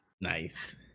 Nice